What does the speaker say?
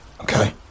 okay